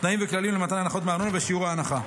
תנאים וכללים למתן הנחות מארנונה ואת שיעור ההנחה.